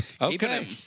Okay